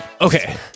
okay